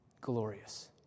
glorious